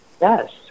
Yes